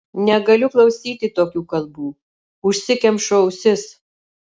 negaliu klausyti tokių kalbų užsikemšu ausis